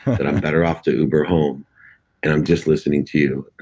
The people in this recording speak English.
and i'm better off to uber home and i'm just listening to you.